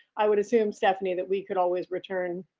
i would assume stephanie, that we could always return